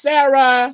Sarah